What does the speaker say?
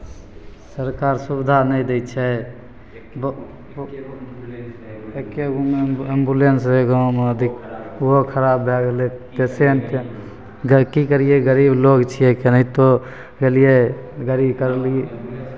सरकार सुविधा नहि दै छै बहु एक्के गो एम्बुलेंस रहै गाँवमे दिक्क ओहो खराब भए गेलै पेशेंटके गरी की करियै गरीब लोक छियै केनाहितो गेलियै गाड़ी करलियै